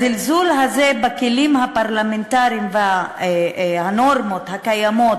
הזלזול הזה בכלים הפרלמנטריים והנורמות הקיימות